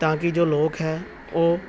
ਤਾਂ ਕਿ ਜੋ ਲੋਕ ਹੈ ਉਹ